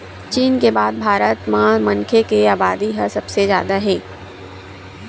चीन के बाद भारत म मनखे के अबादी ह सबले जादा हे